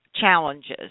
challenges